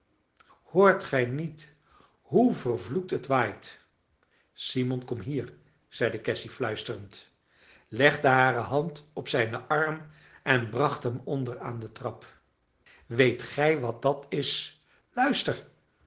hoort gij niet hoe vervloekt het waait simon kom hier zeide cassy fluisterend legde hare hand op zijnen arm en bracht hem onder aan de trap weet gij wat dat is luister